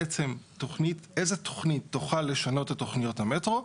שבעצם איזו תוכנית תוכל לשנות את תוכניות המטרו,